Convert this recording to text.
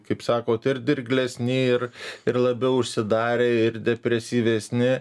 kaip sakot ir dirglesni ir ir labiau užsidarę ir depresyvesni